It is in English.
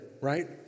right